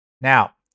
Now